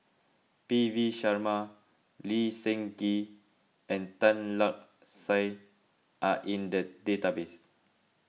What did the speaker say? P V Sharma Lee Seng Gee and Tan Lark Sye are in the database